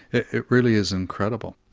it it really is incredible.